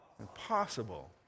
Impossible